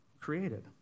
created